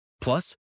Plus